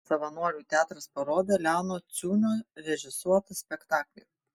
savanorių teatras parodė leono ciunio režisuotą spektaklį